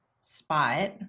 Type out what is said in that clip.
spot